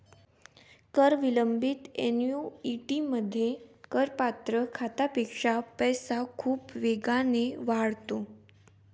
कर विलंबित ऍन्युइटीमध्ये, करपात्र खात्यापेक्षा पैसा खूप वेगाने वाढतो